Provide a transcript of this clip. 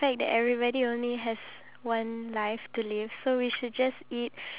!huh! but you just assumed that I have a yellow shop in my paper